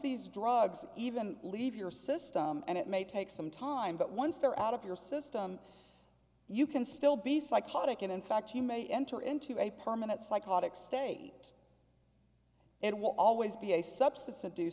these drugs even leave your system and it may take some time but once they're out of your system you can still be psychotic and in fact you may enter into a permanent psychotic state it will always be a substance